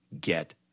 get